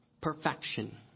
perfection